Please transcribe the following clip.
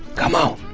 come on,